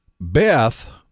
Beth